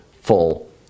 full